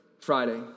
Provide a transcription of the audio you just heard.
Friday